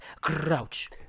Crouch